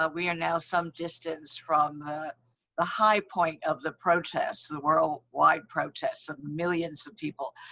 ah we are now some distance from the high point of the protests, the world wide protests of millions of people.